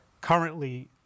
currently